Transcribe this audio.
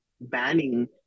banning